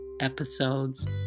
episodes